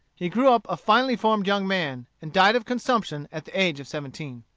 he grew up a finely formed young man, and died of consumption at the age of seventeen.